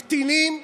קטינים,